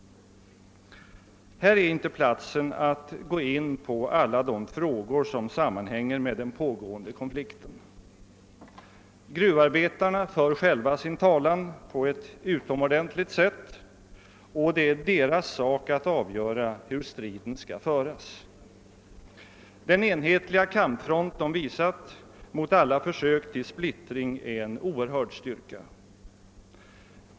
Här är inte platsen att gå in på alla de frågor som sammanhänger med den pågående konflikten. Gruvarbetarna för själva sin talan på ett utomordentligt sätt, och det är deras sak att avgöra hur striden skall föras. Den enhetliga kampfront de visat mot alla försök till splittring är en oerhörd styrka.